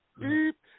Beep